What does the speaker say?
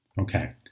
Okay